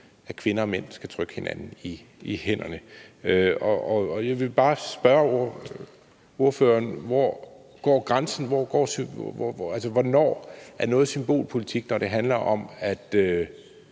at kvinder og mænd skal trykke hinanden i hænderne. Og jeg vil bare spørge ordføreren: Hvor går grænsen, altså hvornår er noget symbolpolitik, når det handler om at